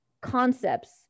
concepts